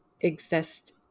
exist